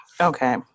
okay